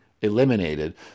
eliminated